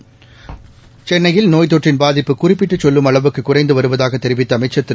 seconds சென்னையில் நோய்த் தொற்றின் பாதிப்பு குறிப்பிட்டுச் செல்லும் அளவுக்கு குறைந்து வருவதாக தெரிவித்த அமைச்சர் திரு